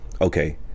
Okay